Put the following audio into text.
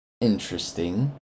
interesting